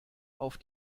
auf